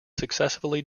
successfully